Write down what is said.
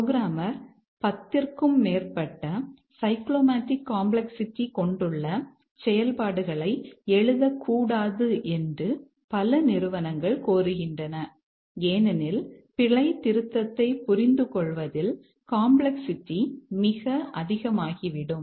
programmer கொண்டுள்ள செயல்பாடுகளை எழுதக்கூடாது என்று பல நிறுவனங்கள் கோருகின்றன ஏனெனில் பிழைத்திருத்தத்தைப் புரிந்துகொள்வதில் காம்ப்ளக்ஸ்சிட்டி மிக அதிகமாகிவிடும்